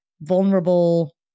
vulnerable